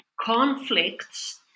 conflicts